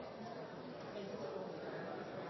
se